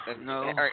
no